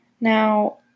Now